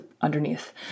underneath